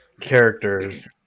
characters